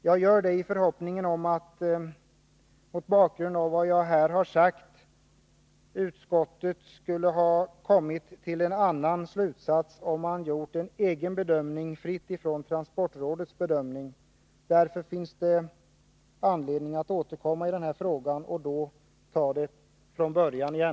Jag gör det i förhoppningen om att utskottet — mot bakgrund av vad jag här har sagt — skulle ha kommit till en annan slutsats, om det gjort en egen bedömning, fritt från transportrådets bedömning. Därför finns det anledning att återkomma i den här frågan och då ta det från början igen.